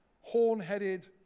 horn-headed